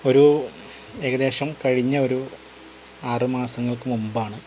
ഒരു ഏകദേശം കഴിഞ്ഞ ഒരു ആറ് മാസങ്ങൾക്ക് മുമ്പാണ്